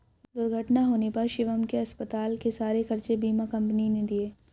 दुर्घटना होने पर शिवम के अस्पताल के सारे खर्चे बीमा कंपनी ने दिए